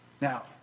Now